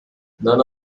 none